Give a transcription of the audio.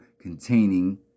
containing